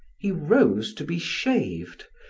he rose to be shaved,